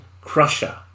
crusher